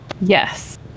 Yes